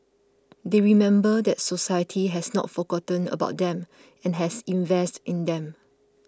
they remember that society has not forgotten about them and has invested in them